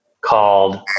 called